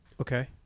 okay